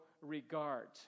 regard